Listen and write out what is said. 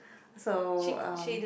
so um